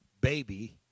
baby